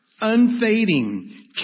unfading